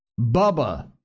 Bubba